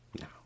No